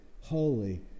holy